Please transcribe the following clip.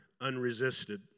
unresisted